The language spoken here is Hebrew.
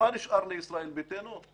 מה נשאר לישראל ביתנו?